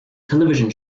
television